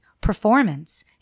performance